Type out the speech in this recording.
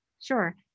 Sure